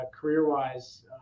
career-wise